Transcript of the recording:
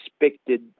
expected